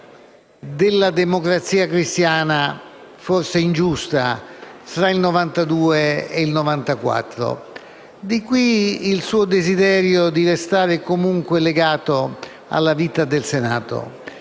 della Democrazia Cristiana, forse ingiusta, subita tra il 1992 e il 1994. Di qui il suo desidero di restare comunque legato alla vita del Senato.